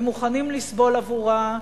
הם מוכנים לסבול עבורה,